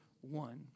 one